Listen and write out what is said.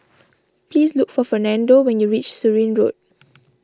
please look for Fernando when you reach Surin Road